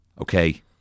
okay